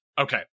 Okay